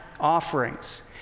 offerings